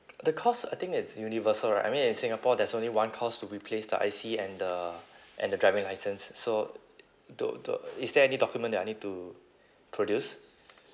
the cost I think it's universal right I mean in singapore there's only one cost to replace the I_C and the and the driving license so do do is there any document that I need to produce